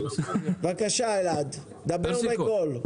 בבקשה, אלעד, דבר בקול.